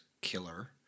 killer